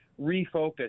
refocus